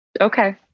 okay